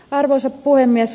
arvoisa puhemies